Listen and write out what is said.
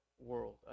world